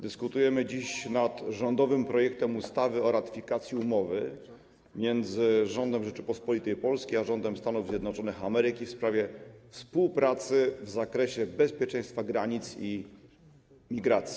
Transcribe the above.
Dyskutujemy dziś nad rządowym projektem ustawy o ratyfikacji Umowy między Rządem Rzeczypospolitej Polskiej a Rządem Stanów Zjednoczonych Ameryki w sprawie współpracy w zakresie bezpieczeństwa granic i imigracji.